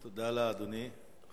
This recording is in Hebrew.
תודה, לאדוני.